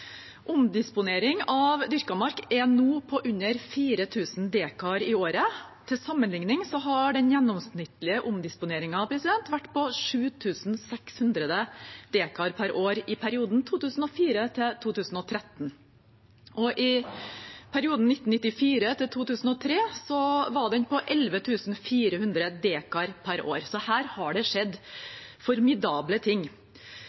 Omdisponering av dyrket mark er nå på under 4 000 dekar i året. Til sammenligning har den gjennomsnittlige omdisponeringen vært på 7 600 dekar per år i perioden 2004–2013. I perioden 1994–2003 var den på 11 400 dekar per år. Her har det skjedd formidable ting.